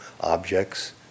objects